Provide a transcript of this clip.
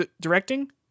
directing